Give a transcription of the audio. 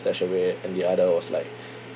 StashAway and the other was like